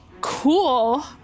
Cool